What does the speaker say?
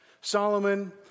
Solomon